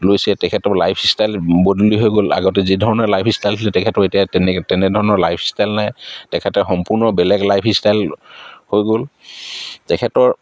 লৈছে তেখেতৰ life style বদলি হৈ গ'ল আগতে যি ধৰণৰ লাইফষ্টাইল আছিলে তেখেতৰ এতিয়া তেনে তেনেধৰণৰ লাইফষ্টাইল নাই তেখেতে সম্পূৰ্ণ বেলেগ লাইফষ্টাইল হৈ গ'ল তেখেতৰ